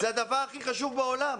זה הדבר הכי חשוב בעולם.